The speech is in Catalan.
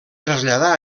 traslladà